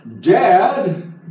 dad